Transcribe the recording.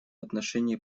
отношении